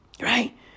Right